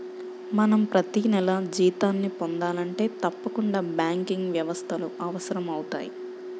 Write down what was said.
మనం ప్రతినెలా జీతాన్ని పొందాలంటే తప్పకుండా బ్యాంకింగ్ వ్యవస్థలు అవసరమవుతయ్